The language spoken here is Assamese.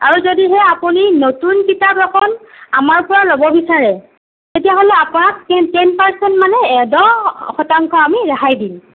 আৰু যদিহে আপুনি নতুন কিতাপ এখন আমাৰ পৰা ল'ব বিচাৰে তেতিয়াহ'লে আপোনাক টেন টেন পাৰচেণ্ট মানে দহ শতাংশ আমি ৰেহাই দিম